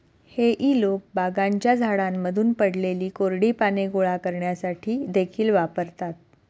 हेई लोक बागांच्या झाडांमधून पडलेली कोरडी पाने गोळा करण्यासाठी देखील वापरतात